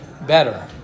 better